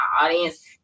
audience